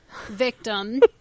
victim